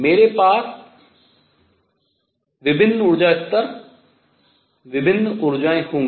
मेरे पास विभिन्न ऊर्जा स्तर विभिन्न ऊर्जाएं होंगी